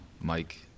Mike